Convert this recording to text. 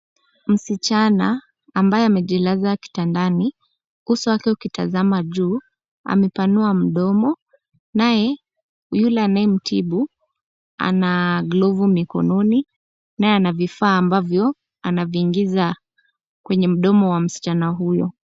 Msichana ambaye amejilaza kitandani uso wake ukitazama juu. Amepanua mdomo, naye yule anayemtibu ana glovu mkononi naye ana vifaa ambavyo anaviingiza kwenye mdomo wa msichana huyo.